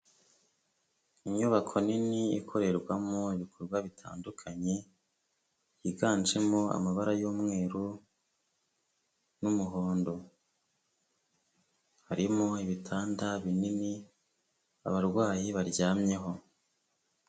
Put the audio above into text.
Inyubako nini ikorerwamo ibikorwa bitandukanye, byiganjemo amabara y'umweru n'umuhondo, harimo ibitanda binini abarwayi baryamyeho.